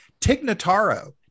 Tignataro